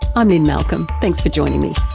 i'm lynne malcolm, thanks for joining me.